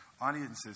audiences